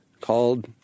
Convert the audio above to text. called